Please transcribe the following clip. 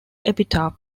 epitaph